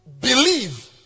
believe